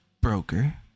broker